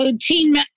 Teen